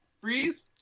freeze